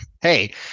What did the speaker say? Hey